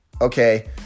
okay